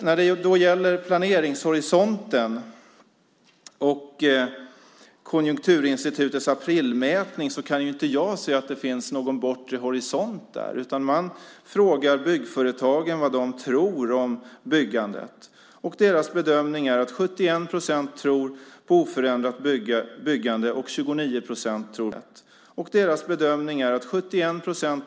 När det gäller planeringshorisonten och Konjunkturinstitutets aprilmätning kan jag inte se att det finns någon bortre horisont. Man har frågat byggföretagen vad de tror om byggandet, och bedömningen är att 71 procent tror på oförändrat och 29 procent på ökat byggande. Där finns ingen tidsbegränsning.